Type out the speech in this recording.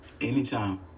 Anytime